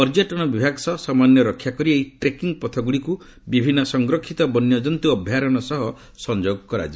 ପର୍ଯ୍ୟଟନ ବିଭାଗ ସହ ସମନ୍ୱୟ ରକ୍ଷା କରି ଏହି ଟ୍ରେକିଂ ପଥଗୁଡ଼ିକୁ ବିଭିନ୍ନ ସଂରକ୍ଷିତ ବନ୍ୟଜନ୍ତୁ ଅଭୟାରଣ୍ୟ ସହ ସଂଯୋଗ କରାଯିବ